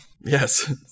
Yes